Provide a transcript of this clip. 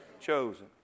chosen